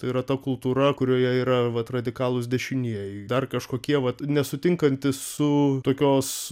tai yra ta kultūra kurioje yra vat radikalūs dešinieji dar kažkokie vat nesutinkantys su tokios